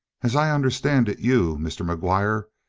as i understand it, you, mr. mcguire,